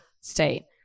state